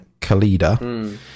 Kalida